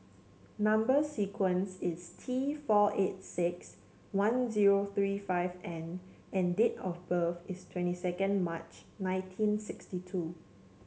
number sequence is T four eight six one zero three five N and date of birth is twenty second March nineteen sixty two